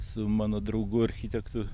su mano draugu architektu